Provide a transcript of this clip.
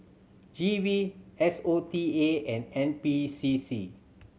G V S O T A and N P C C